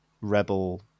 rebel